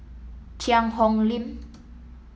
Cheang Hong Lim